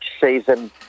season